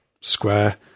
square